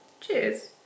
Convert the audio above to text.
Cheers